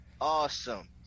Awesome